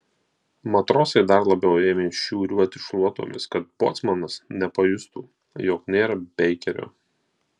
matrosai dar labiau ėmė šiūruoti šluotomis kad bocmanas nepajustų jog nėra beikerio